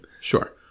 Sure